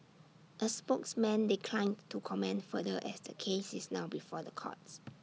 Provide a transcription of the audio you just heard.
A spokesman declined to comment further as the case is now before the courts